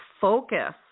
focus